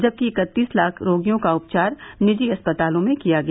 जबकि इकतीस लाख रोगियों का उपचार निजी अस्पतालों में किया गया